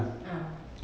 ah